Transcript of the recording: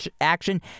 action